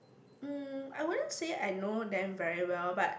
um I wouldn't say I know them very well but